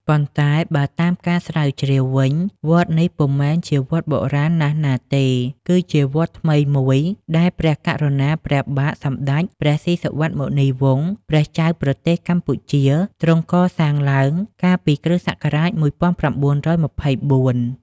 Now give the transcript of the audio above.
ប៉ុន្តែបើតាមការស្រាវជ្រាវវិញ វត្តនេះ ពុំមែនជាវត្តបុរាណណាស់ណាទេ គឺជាវត្តថ្មីមួយដែលព្រះករុណា ព្រះបាទសម្ដេចព្រះស៊ីសុវត្ថិ មុនីវង្ស ព្រះចៅប្រទេសកម្ពុជាទ្រង់កសាងឡើង កាលពី គ.ស. ១៩២៤ ។